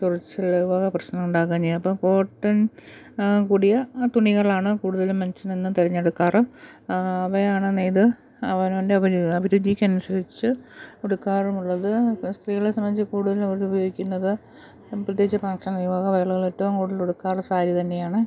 ചൊറിച്ചിൽ ഈ വക പ്രശ്നമുണ്ടാകാനിയ അപ്പം കോട്ടൺ കൂടിയ തുണികളാണ് കൂടുതലും മനുഷ്യൻ എന്നും തിരഞ്ഞെടുക്കാറ് അവയാണ് നെയ്ത് അവനവൻ്റെ ഉപജീവനം അഭിരുചിക്കനുസരിച്ച് കൊടുക്കാറുമുള്ളത് സ്ത്രീകളെ സംബന്ധിച്ച് കൂടുതലും അവരുപയോഗിക്കുന്നത് പ്രത്യേകിച്ച് പെൻഷൻ വിവാഹ വേളകളേറ്റവും കൂടുതൽ ഉടുക്കാറ് സാരി തന്നെയാണ്